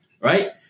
right